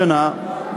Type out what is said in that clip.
השנה,